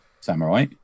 samurai